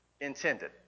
intended